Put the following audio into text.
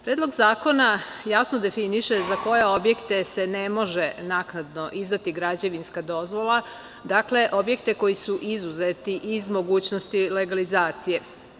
Predlog zakona jasno definiše za koje objekte se ne može naknadno izdati građevinska dozvola, dakle, objekte koji su izuzeti iz mogućnosti legalizacije.